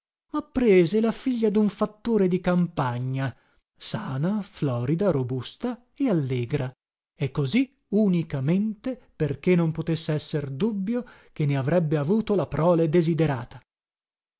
ma prese la figlia dun fattore di campagna sana florida robusta e allegra e così unicamente perché non potesse esser dubbio che ne avrebbe avuto la prole desiderata